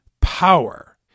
power